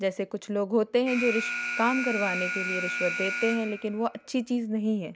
जैसे कुछ लोग होते हैं जो काम करवाने के लिए रिश्वत देते हैं लेकिन वो अच्छी चीज नहीं है